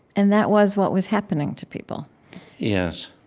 and that was what was happening to people yes.